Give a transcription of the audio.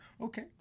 okay